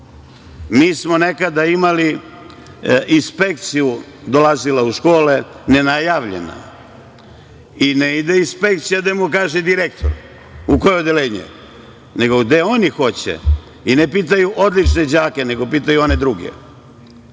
Mi smo nekada imali inspekciju. Dolazila je u škole, nenajavljena i ne ide inspekcija gde mu kaže direktor, u koje odeljenje, nego gde oni hoće i ne pitaju odlične đake, nego pitaju one druge.